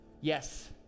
Yes